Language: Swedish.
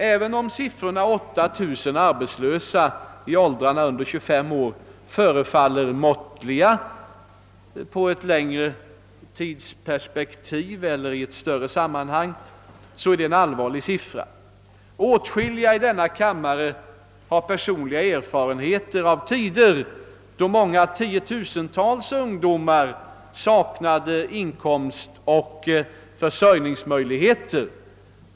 Även om siffran 8000 arbetslösa i åldrarna under 25 år förefaller måttlig i ett större sammanhang är situationen bekymmersam. Åtskilliga i denna kammare har personliga erfarenheter av tider då tiotusentals ungdomar saknade inkomst och försörjningsmöjlighet.